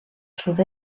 sud